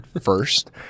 first